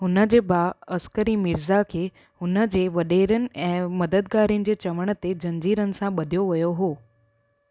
हुन जे भाउ अस्करी मिर्ज़ा खे हुन जे वॾेरनि ऐं मददगारियुनि जे चवण ते जंज़ीरनि सां ॿधियो वियो हो